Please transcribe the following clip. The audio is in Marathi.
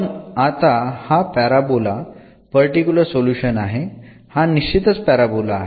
पण आता हा पॅराबोला पर्टिकुलर सोल्युशन आहे हा निश्चितच पॅराबोला आहे